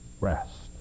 Rest